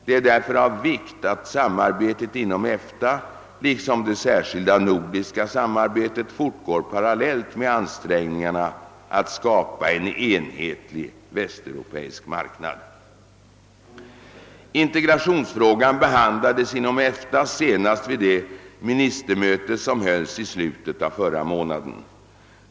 Det är därför av vikt att samarbetet inom EFTA liksom det särskilda nordiska samarbetet fortgår parallellt med ansträngningarna att skapa en enhetlig västeuropeisk marknad. Integrationsfrågan behandlades inom EFTA senast vid det ministerrådsmöte som hölls i slutet av förra månaden.